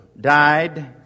died